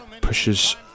Pushes